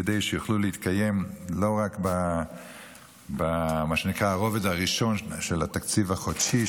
כדי שיוכלו להתקיים לא רק במה שנקרא הרובד הראשון של התקציב החודשי,